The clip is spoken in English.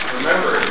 remember